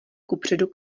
kupředu